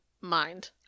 mind